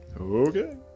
Okay